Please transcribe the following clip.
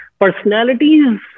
personalities